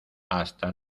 hasta